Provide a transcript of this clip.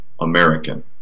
American